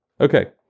okay